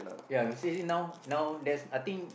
ya you see now now I think